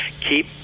keep